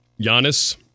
Giannis